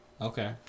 Okay